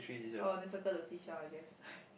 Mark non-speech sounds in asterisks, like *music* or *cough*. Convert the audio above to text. oh then circle the seashell I guess *laughs*